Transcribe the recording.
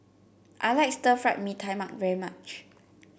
I like Stir Fried Mee Tai Mak very much